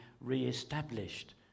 re-established